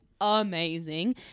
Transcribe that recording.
amazing